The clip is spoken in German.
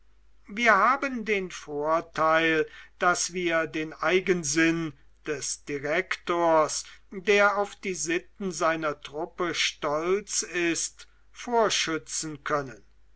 wir haben den vorteil daß wir den eigensinn des direktors der auf die sitten seiner truppe stolz ist vorschützen können